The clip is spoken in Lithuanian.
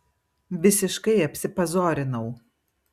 visiškai apsipazorinau